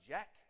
Jack